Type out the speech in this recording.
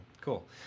cool